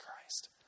Christ